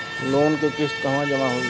Loan के किस्त कहवा जामा होयी?